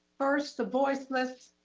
first, the voiceless